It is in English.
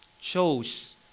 chose